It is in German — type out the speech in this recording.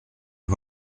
von